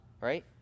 right